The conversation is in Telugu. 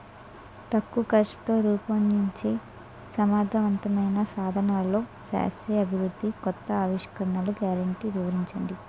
తక్కువ ఖర్చుతో రూపొందించే సమర్థవంతమైన సాధనాల్లో శాస్త్రీయ అభివృద్ధి కొత్త ఆవిష్కరణలు గ్యారంటీ వివరించండి?